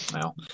Now